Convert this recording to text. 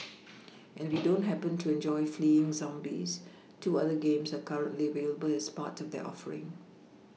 and we don't happen to enjoy fleeing zombies two other games are currently available as part of their offering